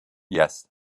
yes